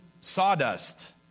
sawdust